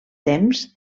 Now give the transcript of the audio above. temps